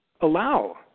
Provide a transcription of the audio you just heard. allow